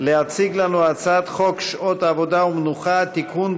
להציג לנו הצעת חוק שעות עבודה ומנוחה (תיקון,